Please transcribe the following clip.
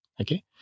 okay